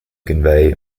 convey